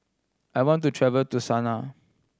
I want to travel to Sanaa